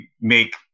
make